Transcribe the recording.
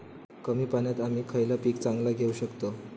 कमी पाण्यात आम्ही खयला पीक चांगला घेव शकताव?